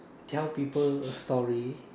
tell people a story